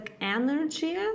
energy